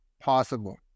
possible